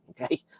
Okay